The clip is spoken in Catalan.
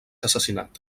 assassinat